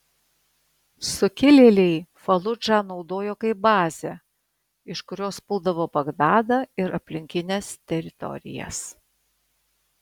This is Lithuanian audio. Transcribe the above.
sukilėliai faludžą naudojo kaip bazę iš kurios puldavo bagdadą ir aplinkines teritorijas